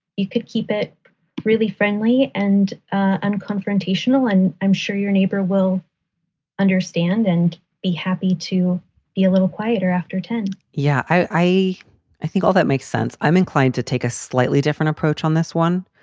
you could keep it really friendly and and confrontational. and i'm sure your neighbor will understand and be happy to be a little quieter after ten point yeah, i i think all that makes sense. i'm inclined to take a slightly different approach on this one,